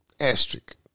Asterisk